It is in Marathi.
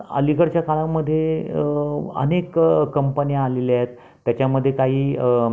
अलीकडच्या काळामध्ये अनेक कंपन्या आलेल्या आहेत त्याच्यामध्ये काही